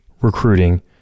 recruiting